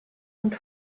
und